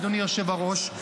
אדוני היושב-ראש,